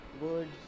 words